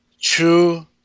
true